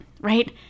right